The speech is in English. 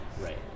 Right